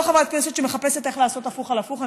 חברת כנסת שמחפשת איך לעשות הפוך על הפוך,